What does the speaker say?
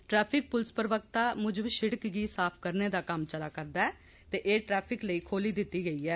traffic police प्रवक्ता मुजब षिड़क गी साफ करने दा कम्म चला करदा ऐ ते एह ट्रैफ्रिक लेई खोली दित्ता गेया ऐ